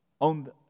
on